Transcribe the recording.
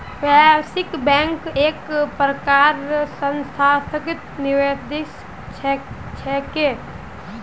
व्यावसायिक बैंक एक प्रकारेर संस्थागत निवेशक छिके